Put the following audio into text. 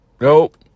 Nope